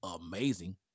amazing